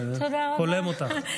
זה הולם אותך.